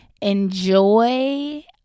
enjoy